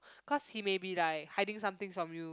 cause he may be like hiding some things from you